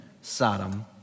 Sodom